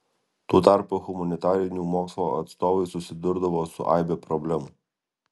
tuo tarpu humanitarinių mokslo atstovai susidurdavo su aibe problemų